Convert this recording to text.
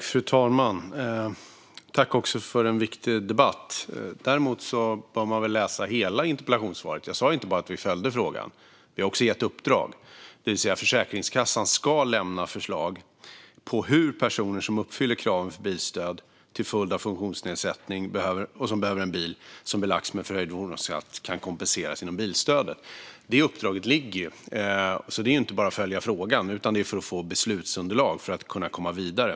Fru talman! Jag tackar för en viktig debatt. Man bör dock läsa hela interpellationssvaret. Jag sa inte bara att vi följer frågan utan att vi också har gett uppdrag. Försäkringskassan ska lämna förslag på hur personer som uppfyller kraven för bilstöd till följd av funktionsnedsättning och som behöver en bil som belagts med förhöjd fordonsskatt kan kompenseras genom bilstödet - detta för att få ett beslutsunderlag och kunna komma vidare.